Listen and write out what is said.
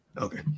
Okay